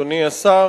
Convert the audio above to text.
אדוני השר,